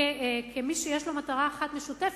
כמי שיש לו מטרה אחת משותפת,